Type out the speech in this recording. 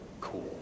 cool